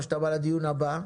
או שאתה בא לדיון הבא?